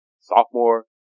sophomore